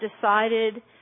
decided